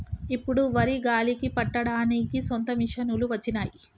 ఇప్పుడు వరి గాలికి పట్టడానికి సొంత మిషనులు వచ్చినాయి